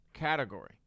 category